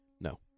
No